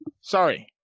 Sorry